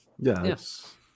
Yes